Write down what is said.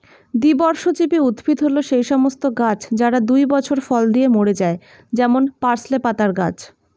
দ্বিবর্ষজীবী উদ্ভিদ হল সেই সমস্ত গাছ যারা দুই বছর ফল দিয়ে মরে যায় যেমন পার্সলে পাতার গাছ